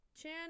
chan